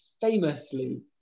famously